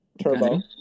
turbo